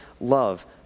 love